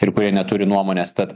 ir kurie neturi nuomonės tad